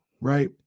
right